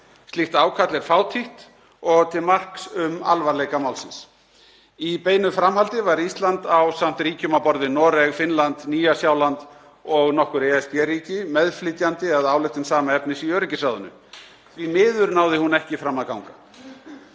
Slíkt ákall er fátítt og til marks um alvarleika málsins. Í beinu framhaldi var Ísland ásamt ríkjum á borð við Noreg, Finnland, Nýja-Sjáland og nokkur ESB-ríki meðflytjandi að ályktun sama efnis í öryggisráðinu. Því miður náði hún ekki fram að ganga.